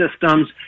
systems